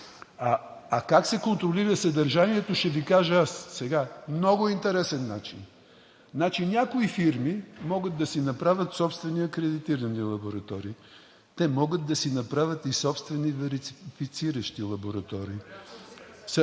А как се контролира съдържанието, ще Ви кажа аз – много интересен начин. Някои фирми могат да си направят собствени акредитирани лаборатории, те могат да си направят и собствени верифициращи лаборатории.